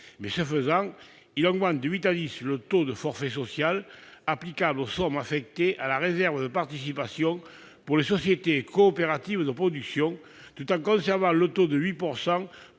%. Ce faisant, il augmente de 8 % à 10 % le taux de forfait social applicable aux sommes affectées à la réserve de participation pour les sociétés coopératives de production, les SCOP, tout en conservant le taux de 8